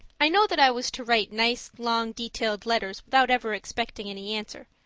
i know that i was to write nice, long, detailed letters without ever expecting any answer.